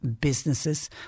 businesses